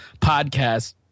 podcast